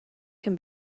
can